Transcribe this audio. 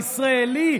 הישראלי,